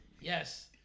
Yes